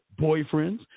boyfriends